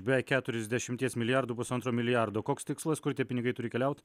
beveik keturiasdešimties milijardų pusantro milijardo koks tikslas kur tie pinigai turi keliaut